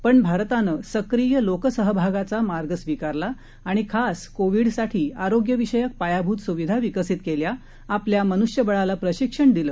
पण भारतानं सक्रीय लोकसहभागाचा मार्ग स्विकारला आणि खास कोविडसाठी आरोग्यविषयक पायाभूत सुविधा विकसित केल्या आपल्या मनुष्यबळाला प्रशिक्षण दिलं